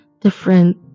different